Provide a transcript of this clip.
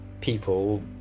people